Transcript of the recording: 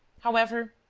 however,